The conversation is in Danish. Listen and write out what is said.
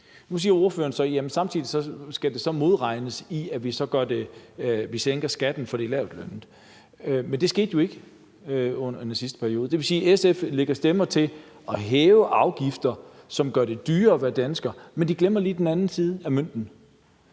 Nu siger ordføreren så, at det samtidig skal modregnes af, at vi sænker skatten for de lavtlønnede, men det skete jo ikke i den sidste periode. Det vil sige, at SF lægger stemmer til at hæve afgifter, som gør det dyrere at være dansker, men de glemmer lige den anden side af mønten.